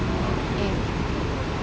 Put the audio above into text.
eighth